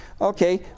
okay